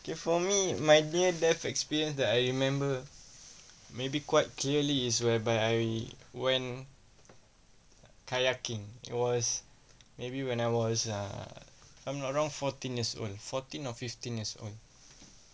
okay for me my near death experience that I remember maybe quite clearly is whereby I went kayaking it was maybe when I was err I'm around fourteen years old fourteen or fifteen years old